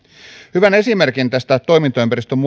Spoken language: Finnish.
hyvän esimerkin tästä toimintaympäristön